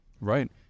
Right